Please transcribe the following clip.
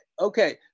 Okay